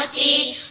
e